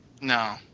No